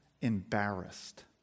embarrassed